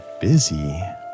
busy